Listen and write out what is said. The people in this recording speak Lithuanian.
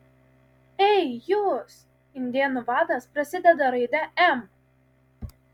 ei jūs indėnų vadas prasideda raide m